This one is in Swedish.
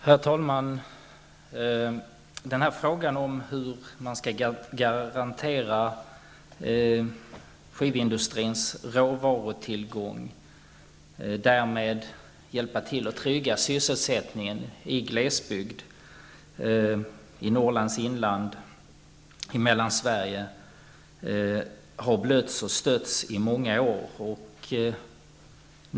Herr talman! Frågan om hur man skall garantera skivindustrins råvarutillgång och därmed hjälpa till att trygga sysselsättningen i glesbygd -- i Norrlands inland och i Mellansverige -- har blötts och stötts i många år.